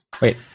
wait